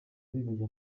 bibagiwe